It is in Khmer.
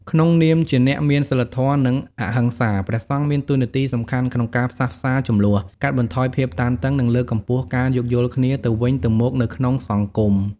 ក្នុងនាមជាអ្នកមានសីលធម៌ និងអហិង្សា ព្រះសង្ឃមានតួនាទីសំខាន់ក្នុងការផ្សះផ្សាជម្លោះ កាត់បន្ថយភាពតានតឹង និងលើកកម្ពស់ការយោគយល់គ្នាទៅវិញទៅមកនៅក្នុងសង្គម។